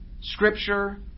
Scripture